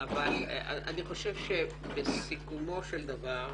אבל אני חושב שבסיכומו של דבר,